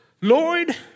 Lord